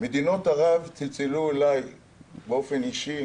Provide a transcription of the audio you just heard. ממדינות ערב צלצלו אלי באופן אישי